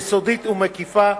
יסודית ומקיפה.